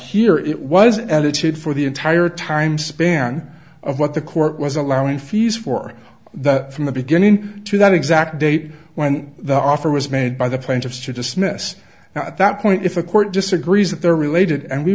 hear it was edited for the entire time span of what the court was allowing fees for that from the beginning to that exact date when the offer was made by the plaintiffs to dismiss now at that point if a court disagrees that they're related and we